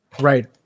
Right